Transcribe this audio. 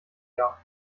jahr